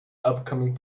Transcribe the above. upcoming